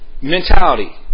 Mentality